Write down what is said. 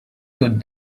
good